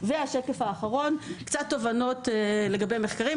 והשקף האחרון, קצת תובנות לגבי מחקרים.